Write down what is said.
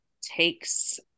takes